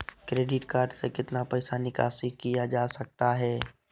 Credit card से कितना पैसा निकासी किया जा सकता है?